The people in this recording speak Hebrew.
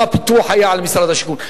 שהם נדרשים להגיע למזמיני השירות.